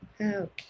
Okay